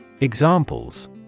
Examples